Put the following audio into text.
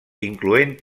incloent